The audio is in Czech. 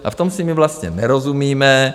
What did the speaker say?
A v tom si my vlastně nerozumíme.